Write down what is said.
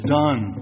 done